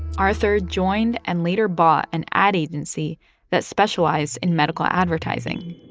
arthur joined and later bought an ad agency that specialized in medical advertising